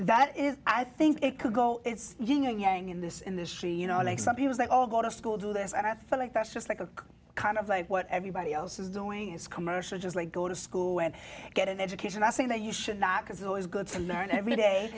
that is i think it could go in this industry you know like some people they all go to school do this and i feel like that's just like a kind of like what everybody else is doing is commercial just like go to school and get an education i think that you should not because it's always good to learn every day